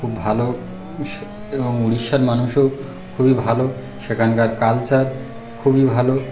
খুব ভালো সে এবং উড়িষ্যার মানুষও খুবই ভালো সেখানকার কালচার খুবই ভালো